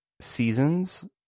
seasons